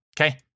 Okay